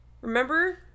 Remember